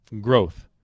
growth